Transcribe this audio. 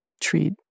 treat